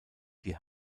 die